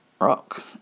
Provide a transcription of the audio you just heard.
rock